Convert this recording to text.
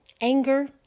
anger